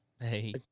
Hey